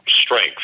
strength